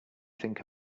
think